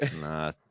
Nah